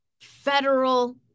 federal